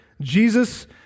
Jesus